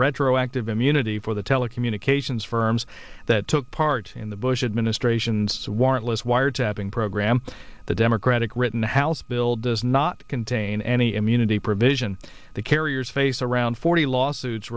retroactive immunity for the telecommunications firms that took part in the bush administration's warrantless wiretapping program the democratic rittenhouse bill does not contain any immunity provision the carrier's face around forty lawsuits